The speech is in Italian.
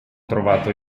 trovato